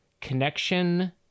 connection